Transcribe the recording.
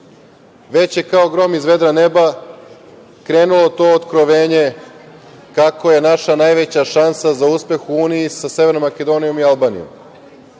već je kao grom iz vedra neba, krenulo to otkrovenje kako je naša najveća šansa za uspeh u uniji sa Severnom Makedonijom i Albanijom. Mi